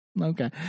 Okay